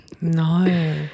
no